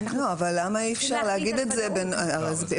אבל למה אי אפשר לפתור את זה בנוסח?